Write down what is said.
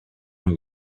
nhw